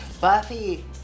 Buffy